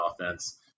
offense